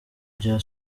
rya